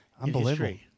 Unbelievable